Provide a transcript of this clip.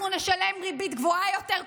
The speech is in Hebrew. אנחנו נשלם ריבית גבוהה יותר,